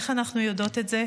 איך אנחנו יודעות את זה?